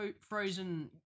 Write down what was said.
Frozen